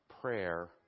prayer